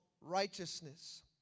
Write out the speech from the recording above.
righteousness